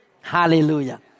Hallelujah